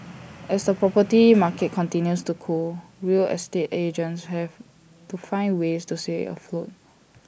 as the property market continues to cool real estate agents have to find ways to stay afloat